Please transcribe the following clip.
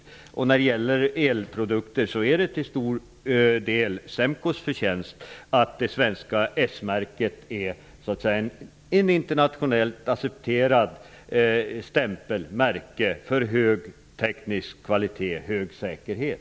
När det gäller elprodukter är det till stor del SEMKO:s förtjänst att det svenska s-märket är ett internationellt accepterat märke för hög teknisk kvalitet och stor säkerhet.